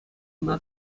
ӑна